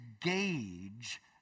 gauge